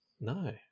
no